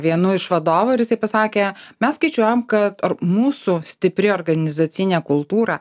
vienu iš vadovų ir jisai pasakė mes skaičiuojam kad mūsų stipri organizacinė kultūra